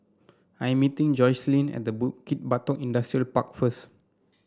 I meeting Jocelyne at Bukit Batok Industrial Park first